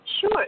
Sure